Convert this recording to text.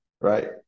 right